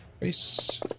face